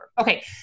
Okay